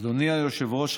אדוני היושב-ראש,